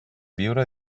viure